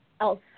else